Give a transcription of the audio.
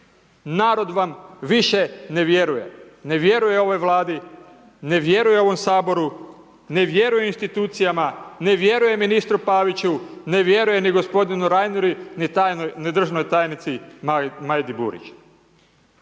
Narod vam više ne vjeruje. Ne vjeruje ovoj Vladi, ne vjeruje ovom Saboru, ne vjeruje institucijama, ne vjeruje ministru Paviću, ne vjeruje ni gospodinu Reineru ni državnoj tajnici Majdi Burić.